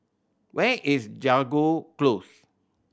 where is Jago Close